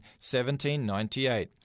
1798